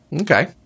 Okay